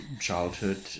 childhood